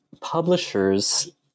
publishers